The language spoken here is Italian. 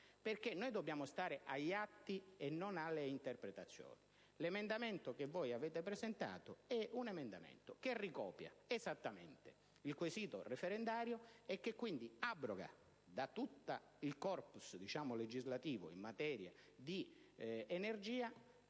Infatti, dobbiamo stare agli atti e non alle interpretazioni: l'emendamento che voi avete presentato ricopia esattamente il quesito referendario e quindi abroga, da tutto il *corpus* legislativo in materia di energia,